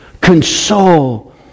console